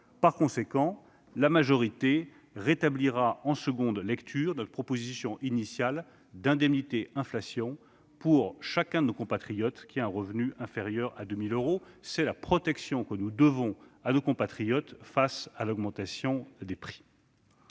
Par conséquent, la majorité rétablira en nouvelle lecture notre proposition initiale d'indemnité inflation pour chacun de nos compatriotes qui a un revenu inférieur à 2 000 euros. C'est la protection que nous devons à nos compatriotes face à l'augmentation des prix.